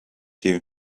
you